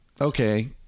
Okay